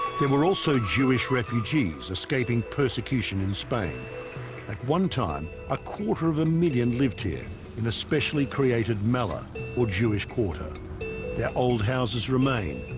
there were also jewish refugees escaping persecution in spain at one time a quarter of a million lived here in a specially created mellah or jewish quarter their old houses remain,